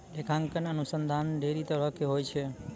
लेखांकन अनुसन्धान ढेरी तरहो के होय छै